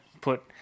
put